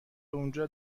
اونجا